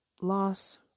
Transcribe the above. loss